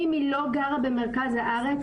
אם היא לא גרה במרכז הארץ,